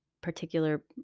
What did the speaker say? particular